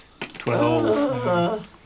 Twelve